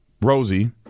Rosie